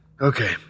Okay